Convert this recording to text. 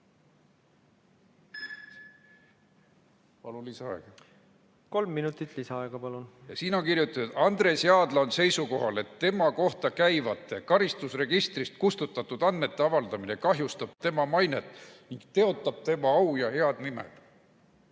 Palun lisaaega! Kolm minutit lisaaega, palun! Siin on kirjutatud, et Andres Jaadla on seisukohal, et tema kohta käivate karistusregistrist kustutatud andmete avaldamine kahjustab tema mainet ning teotab tema au ja head nime.